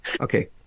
Okay